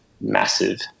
massive